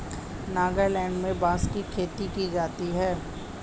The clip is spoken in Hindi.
नागालैंड में बांस की खेती की जाती है